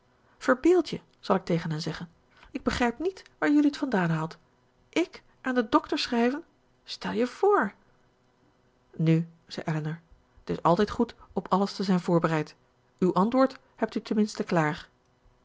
verbeeld je zal ik tegen hen zeggen ik begrijp niet waar jelui t vandaan haalt ik aan den dokter schrijven stel je voor nu zei elinor t is altijd goed op alles te zijn voorbereid uw antwoord hebt u ten minste klaar